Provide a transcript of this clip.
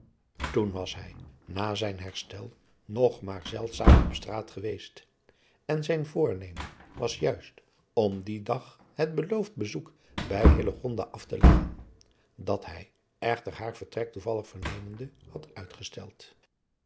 toen was hij na zijn herstel nog maar zeldzaam op straat geweest en zijn voornemen was juist om dien dag het beloofd bezoek bij hillegonda af te leggen dat hij echter haar vertrek toevallig vernemende had uitgesteld